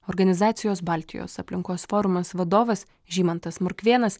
organizacijos baltijos aplinkos forumas vadovas žymantas morkvėnas